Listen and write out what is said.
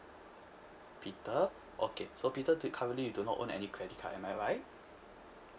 peter okay so peter d~ currently you do not own any credit card am I right